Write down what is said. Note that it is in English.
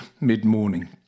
mid-morning